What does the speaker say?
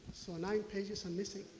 so nine pages are missing.